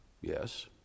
Yes